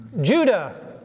Judah